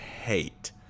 Hate